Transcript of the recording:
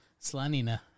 slanina